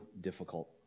difficult